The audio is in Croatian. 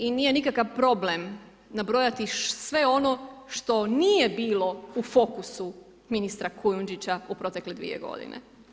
I nije nikakav problem nabrojati sve ono što nije bilo u fokusu ministra Kujundžića u protekle 2 godine.